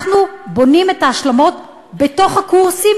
אנחנו בונים את ההשלמות בתוך הקורסים,